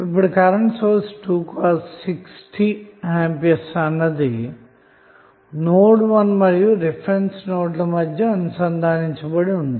ఇప్పుడు current source A అన్నది node 1 మరియు రిఫరెన్స్ నోడ్ ల మధ్య అనుసంధానించబడి ఉంది